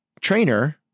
trainer